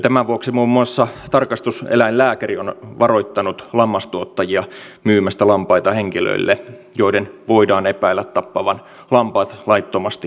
tämän vuoksi muun muassa tarkastuseläinlääkäri on varoittanut lammastuottajia myymästä lampaita henkilöille joiden voidaan epäillä tappavan lampaat laittomasti rituaalimenoin